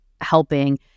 helping